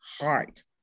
heart